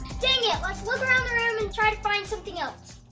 dang it, let's look around the room and try to find something else!